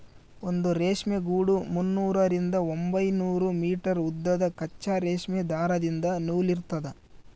ಒಂದು ರೇಷ್ಮೆ ಗೂಡು ಮುನ್ನೂರರಿಂದ ಒಂಬೈನೂರು ಮೀಟರ್ ಉದ್ದದ ಕಚ್ಚಾ ರೇಷ್ಮೆ ದಾರದಿಂದ ನೂಲಿರ್ತದ